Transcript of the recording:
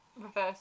reverse